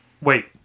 Wait